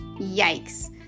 Yikes